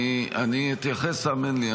אני אתייחס, האמן לי.